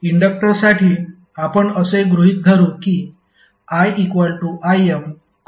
तर इंडक्टरसाठी आपण असे गृहित धरू की iImcos ωt∅ आहे